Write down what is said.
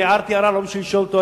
אני הערתי הערה לא בשביל לשאול אותו,